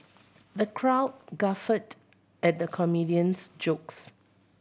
the crowd guffawed at the comedian's jokes